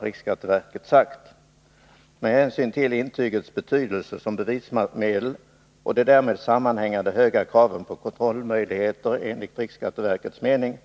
Riksskatteverket säger: ”Med hänsyn till intygets betydelse som bevismedel och de därmed sammanhängande höga kraven på kontrollmöjligheter är enligt RSVs mening